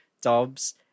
Dobbs